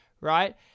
right